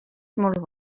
molt